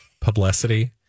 Publicity